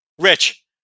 Rich